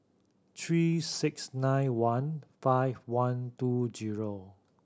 three six nine one five one two zero